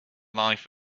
life